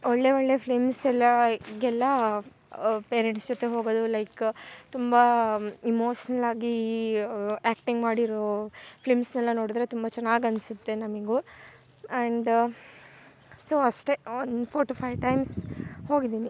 ಒಳ್ಳೇ ಒಳ್ಳೇ ಫ್ಲಿಮ್ಸ್ ಎಲ್ಲ ಈಗೆಲ್ಲ ಪೇರೆಂಟ್ಸ್ ಜೊತೆ ಹೋಗೋದು ಲೈಕ್ ತುಂಬ ಇಮೋಷನಲ್ ಆಗಿ ಆಕ್ಟಿಂಗ್ ಮಾಡಿರೊ ಫ್ಲಿಮ್ಸ್ನೆಲ್ಲ ನೋಡಿದರೆ ತುಂಬ ಚೆನ್ನಾಗ್ ಅನಿಸುತ್ತೆ ನಮಗು ಆ್ಯಂಡ ಸೊ ಅಷ್ಟೇ ಒಂದು ಪೋರ್ ಟು ಫೈವ್ ಟೈಮ್ಸ್ ಹೋಗಿದೀನಿ